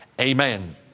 Amen